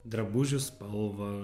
drabužių spalvą